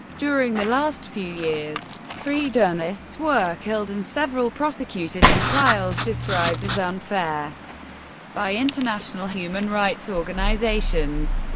during the last few years, three journalists were killed and several prosecuted in trials described as unfair by international human rights organizations.